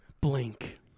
blink